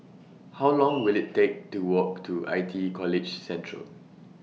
How Long Will IT Take to Walk to I T E College Central